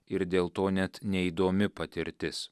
ir dėl to net neįdomi patirtis